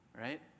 right